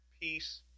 peace